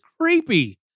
creepy